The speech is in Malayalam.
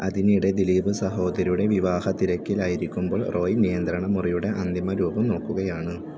അതിനിടെ ദിലീപ് സഹോദരിയുടെ വിവാഹ തിരക്കിലായിരിക്കുമ്പോള് റോയി നിയന്ത്രണ മുറിയുടെ അന്തിമ രൂപം നോക്കുകയാണ്